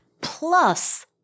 plus